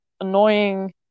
annoying